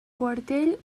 quartell